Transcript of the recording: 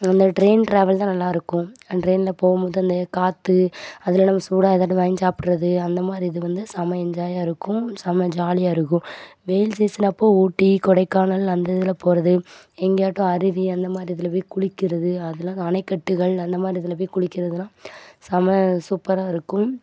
அந்த train travel தான் நல்லாயிருக்கும் அந்த ட்ரெயினில் போகும் போது அந்த காற்று அதெலாம் இல்லாமல் சூடாக ஏதாவுது வாங்கி சாப்பிடுறது அந்த மாதிரி இது வந்து செமை என்ஜாயாக இருக்கும் செமை ஜாலியாக இருக்கும் வெயில் சீசன் அப்போது ஊட்டி கொடைக்கானல் அந்த இதில் போவது எங்கேயாட்டும் அருவி அந்த மாதிரி இதில் போய் குளிக்கிறது அதெலாம் அணைக்கட்டுகள் அந்த மாதிரி இதில் போய் குளிக்கிறதெலாம் செமை சூப்பராக இருக்கும்